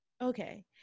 okay